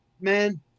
man